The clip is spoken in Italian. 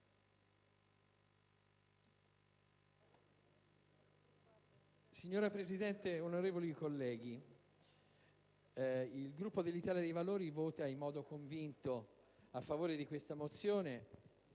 Signora Presidente, onorevoli colleghi, il Gruppo Italia dei Valori vota in modo convinto a favore di questa mozione,